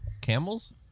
Camels